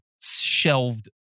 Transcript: shelved